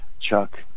Chuck